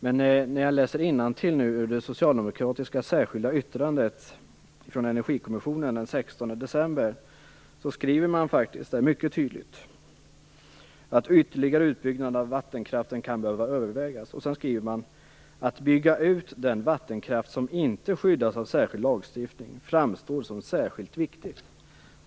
Men när jag läser innantill ur det socialdemokratiska särskilda yttrandet från energikommissionen den 16 december ser jag att man faktiskt mycket tydligt skriver att ytterligare utbyggnad av vattenkraften kan behöva övervägas. Dessutom skriver man: "Att bygga ut den vattenkraft som inte skyddas av särskild lagstiftning framstår som särskilt viktigt."